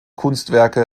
kunstwerke